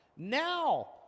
Now